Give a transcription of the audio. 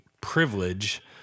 privilege